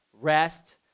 rest